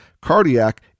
cardiac